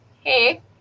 hey